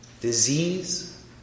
disease